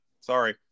sorry